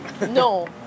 No